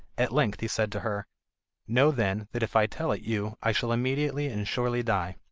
at length he said to her know, then, that if i tell it you i shall immediately and surely die